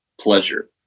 pleasure